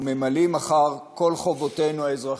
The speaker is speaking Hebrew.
וממלאים אחר כל חובותינו האזרחיות.